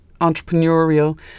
entrepreneurial